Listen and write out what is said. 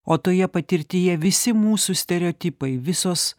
o toje patirtyje visi mūsų stereotipai visos